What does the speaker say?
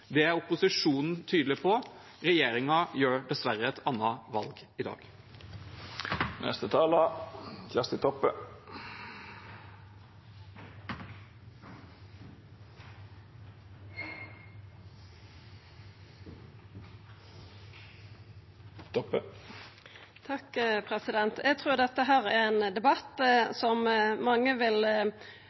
Det er opposisjonen tydelig på. Regjeringen gjør dessverre et annet valg i dag. Eg trur dette er ein debatt som mange vil